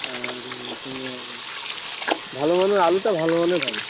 আর তোমার ভালো মানে আলুটা ভালো মানের হবে